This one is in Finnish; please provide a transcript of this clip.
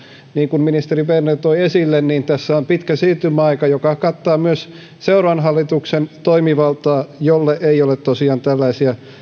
niin kuin ministeri berner toi esille tässä on pitkä siirtymäaika joka kattaa myös seuraavan hallituksen toimivaltaa ja sille ei ole tosiaan tällaisia